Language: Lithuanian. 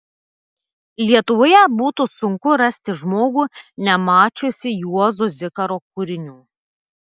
lietuvoje būtų sunku rasti žmogų nemačiusį juozo zikaro kūrinių